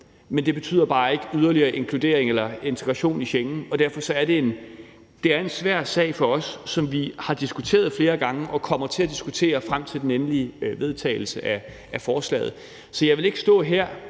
men det betyder bare ikke yderligere inkludering eller integration i Schengen, og derfor er det en svær sag for os, som vi har diskuteret flere gange og kommer til at diskutere frem til den endelige vedtagelse af forslaget. Så jeg vil ikke, før